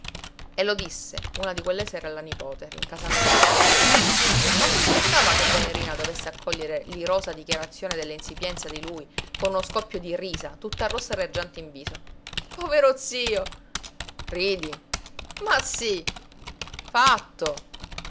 e lo disse una di quelle sere alla nipote rincasando dalla pesca non s'aspettava che venerina dovesse accogliere l'irosa dichiarazione della insipienza di lui con uno scoppio di risa tutta rossa e raggiante in viso povero zio ridi ma sí fatto